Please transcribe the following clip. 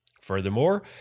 Furthermore